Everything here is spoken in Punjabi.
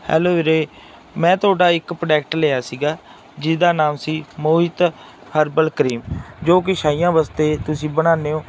ਹੈਲੋ ਵੀਰੇ ਮੈਂ ਤੁਹਾਡਾ ਇੱਕ ਪ੍ਰੋਡਕਟ ਲਿਆ ਸੀਗਾ ਜਿਹਦਾ ਨਾਮ ਸੀ ਮੋਹਿਤ ਹਰਬਲ ਕਰੀਮ ਜੋ ਕਿ ਛਾਈਆਂ ਵਾਸਤੇ ਤੁਸੀਂ ਬਣਾਉਂਦੇ ਹੋ